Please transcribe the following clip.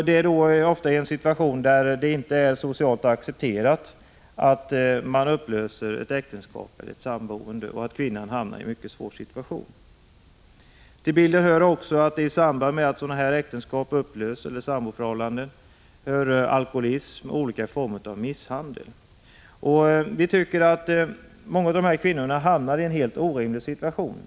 I detta land är det oftast inte socialt accepterat att äktenskap upplöses, och kvinnan kan hamna i en mycket svår situation. I samband med att sådana äktenskap eller samboförhållanden upplöses förekommer ofta alkoholism och olika former av misshandel. Vi tycker att många av dessa kvinnor hamnar i en helt orimlig situation.